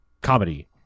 comedy